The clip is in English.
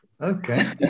Okay